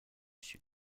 sud